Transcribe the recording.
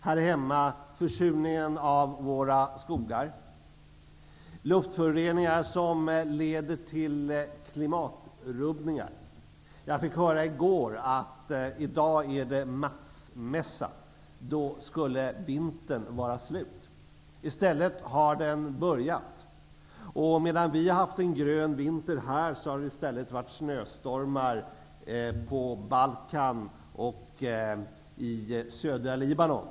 Här hemma gäller det försurningen av våra skogar och luftföroreningar som leder till klimatrubbningar. I går fick jag höra att i dag är det Matsmässa. Då skall vintern vara slut. I stället har den börjat. Medan vi har haft en grön vinter här har det i stället varit snöstormar på Balkan och i södra Libanon.